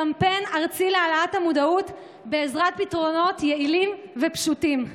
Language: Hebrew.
קמפיין ארצי להעלאת המודעות בעזרת פתרונות יעילים ופשוטים.